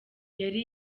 yari